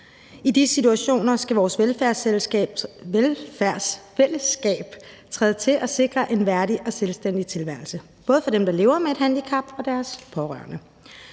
I de situationer skal vores velfærdsfællesskab træde til og sikre en værdig og selvstændig tilværelse, både for dem, der lever med et handicap, og for deres pårørende.